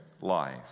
life